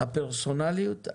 הפרסונליות,